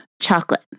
chocolate